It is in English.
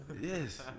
yes